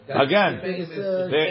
Again